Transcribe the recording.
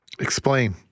Explain